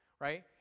right